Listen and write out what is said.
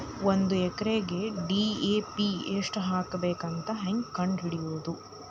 ಒಂದು ಎಕರೆಗೆ ಡಿ.ಎ.ಪಿ ಎಷ್ಟು ಹಾಕಬೇಕಂತ ಹೆಂಗೆ ಕಂಡು ಹಿಡಿಯುವುದು?